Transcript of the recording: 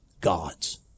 God's